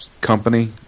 company